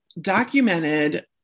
documented